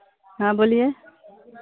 हाँ बोलिए